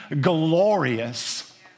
glorious